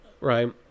right